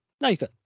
Nathan